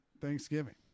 Thanksgiving